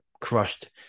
crushed